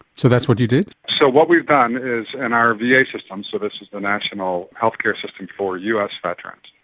so that's what you did? so what we've done is in our va yeah system, so this is the national healthcare system for us veterans,